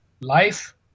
Life